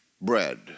bread